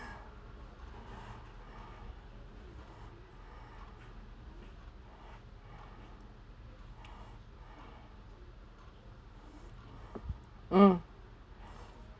mm